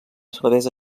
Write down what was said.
cervesa